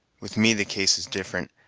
with me the case is different,